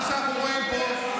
מה שאנחנו רואים פה,